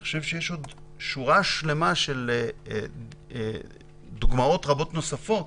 אני חושב שיש עוד שורה שלמה של דוגמאות רבות ונוספות,